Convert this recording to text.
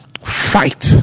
Fight